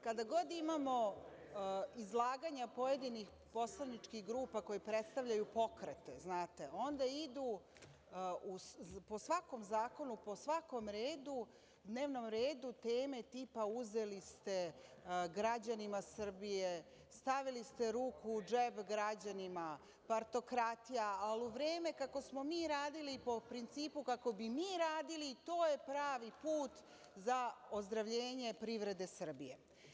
Kada god imamo izlaganja pojedinih poslaničkih grupa koje predstavljaju pokrete, onda idu po svakom zakonu, po svakom dnevnom redu, teme tipa – uzeli ste građanima Srbije, stavili ste ruku u džep građanima, partokratija, a u vreme kako smo mi radili, po principu kako bi mi radili, to je pravi put za ozdravljenje privrede Srbije.